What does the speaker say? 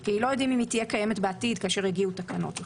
כי לא יודעים אם היא תהיה קיימת בעתיד כאשר יגיעו תקנות.